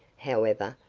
however,